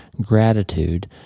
Gratitude